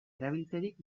erabiltzerik